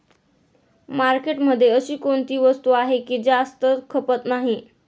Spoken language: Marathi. मार्केटमध्ये अशी कोणती वस्तू आहे की जास्त खपत नाही?